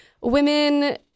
women